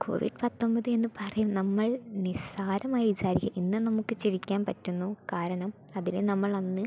Covid പത്തൊമ്പത് എന്ന് പറയും നമ്മൾ നിസ്സാരമായി വിചാരിക്കും ഇന്ന് നമുക്ക് ചിരിക്കാൻ പറ്റുന്നു കാരണം അതിനെ നമ്മൾ അന്ന്